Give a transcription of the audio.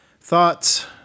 thoughts